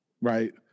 right